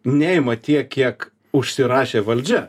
neima tiek kiek užsirašė valdžia